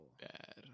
bad